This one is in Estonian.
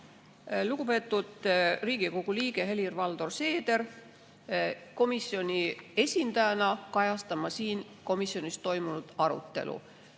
Lugupeetud Riigikogu liige Helir-Valdor Seeder! Komisjoni esindajana kajastan ma siin komisjonis toimunud arutelu.